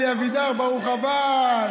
אלי אבידר, ברוך הבא.